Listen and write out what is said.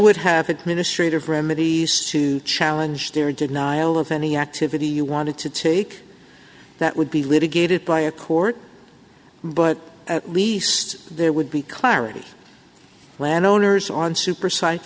would have administrative remedies to challenge their denial of any activity you wanted to take that would be litigated by a court but at least there would be clarity landowners on super